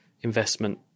investment